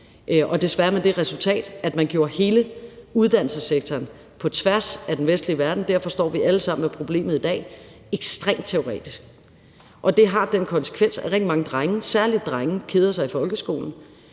og desværre med det resultat, at man gjorde hele uddannelsessektoren på tværs af den vestlige verden – og derfor står vi alle sammen med problemet i dag – ekstremt teoretisk, og det har den konsekvens, at rigtig mange, særlig drenge, keder sig i folkeskolen,